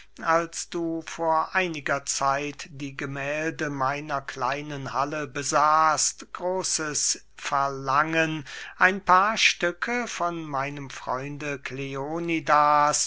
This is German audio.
als du vor einiger zeit die gemählde meiner kleinen halle besahst großes verlangen ein paar stücke von meinem freunde